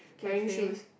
wearing shoes